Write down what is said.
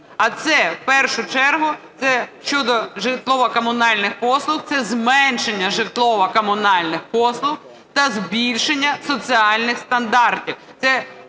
а це, в першу чергу, щодо житлово-комунальних послуг – це зменшення житлово-комунальних послуг, та збільшення соціальних стандартів